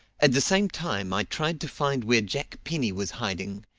at the same time i tried to find where jack penny was hiding,